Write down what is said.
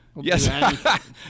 Yes